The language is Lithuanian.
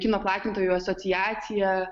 kino platintojų asociacija